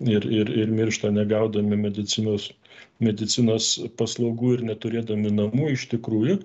ir ir ir miršta negaudami medicinos medicinos paslaugų ir neturėdami namų iš tikrųjų